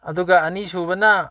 ꯑꯗꯨꯒ ꯑꯅꯤꯁꯨꯕꯅ